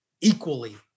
equally